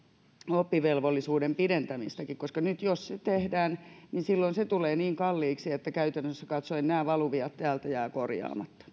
oppivelvollisuuden pidentämistäkin koska jos se nyt tehdään niin silloin se tulee niin kalliiksi että käytännössä katsoen nämä valuviat täältä jäävät korjaamatta